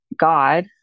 God